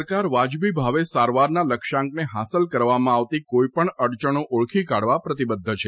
સરકાર વાજબી ભાવે સારવારના લક્ષ્યાંકને હાંસલ કરવામાં આવતી કોઇ પણ અડયણો ઓળખી કાઢવા પ્રતિબદ્ધ છે